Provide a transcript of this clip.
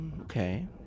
Okay